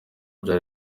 bya